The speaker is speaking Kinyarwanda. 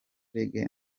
reggae